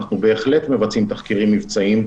אנחנו בהחלט מבצעים תחקירים מבצעיים,